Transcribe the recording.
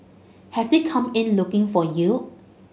have they come in looking for yield